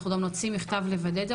אנחנו גם נוציא מכתב לוודא את זה,